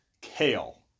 kale